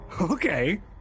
Okay